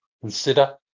consider